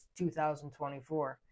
2024